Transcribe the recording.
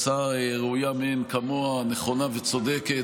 זו הצעה ראויה מאין כמוה, נכונה וצודקת.